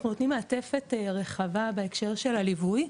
אנחנו נותנים מעטפת רחבה בהקשר של הליווי,